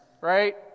right